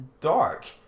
dark